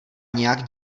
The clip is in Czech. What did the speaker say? nějak